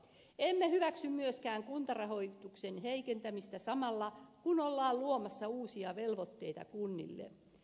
emme hyväksy myöskään kuntarahoituksen heikentämistä samalla kun ollaan luomassa uusia velvoitteita kunnille